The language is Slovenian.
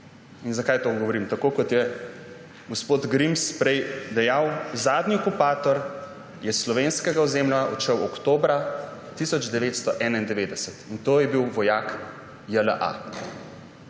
Zakaj to govorim? Tako kot je gospod Grims prej dejal, zadnji okupator je s slovenskega ozemlja odšel oktobra 1991, in to je bil vojak JLA,